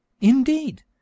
indeed